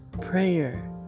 prayer